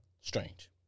strange